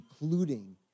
including